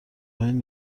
هند